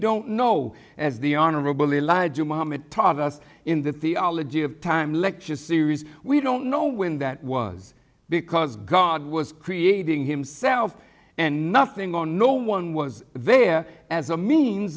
don't know as the honorable elijah muhammad taught us in the theology of time lecture series we don't know when that was because god was creating himself and nothing or no one was there as a means